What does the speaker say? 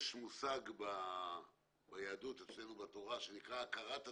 יש מושג ביהדות, אצלנו בתורה, שנקרא הכרת הטוב,